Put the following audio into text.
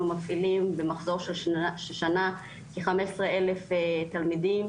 מפעילים במחזור של שנה כ-15,000 תלמידים